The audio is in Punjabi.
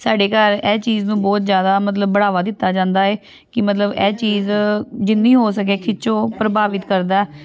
ਸਾਡੇ ਘਰ ਇਹ ਚੀਜ਼ ਨੂੰ ਬਹੁਤ ਜ਼ਿਆਦਾ ਮਤਲਬ ਬੜਾਵਾ ਦਿੱਤਾ ਜਾਂਦਾ ਹੈ ਕਿ ਮਤਲਬ ਇਹ ਚੀਜ਼ ਜਿੰਨੀ ਹੋ ਸਕੇ ਖਿੱਚੋ ਪ੍ਰਭਾਵਿਤ ਕਰਦਾ